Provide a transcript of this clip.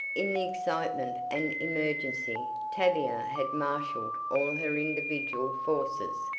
in the excitement and emergency tavia had marshaled all her individual forces,